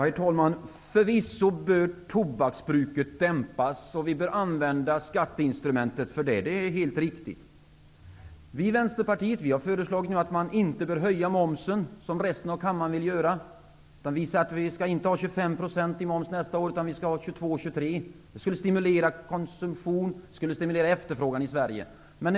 Herr talman! Förvisso bör tobaksbruket dämpas, och vi bör använda skatteinstrumentet för det -- det är helt riktigt. Vi i Vänsterpartiet har föreslagit att momsen inte bör höjas, som resten av kammaren vill. Vi säger att momsen inte skall vara 25 % nästa år, utan, 22--23 %. Det skulle stimulera konsumtion och efterfrågan i Sverige.